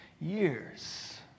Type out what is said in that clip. years